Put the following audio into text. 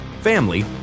family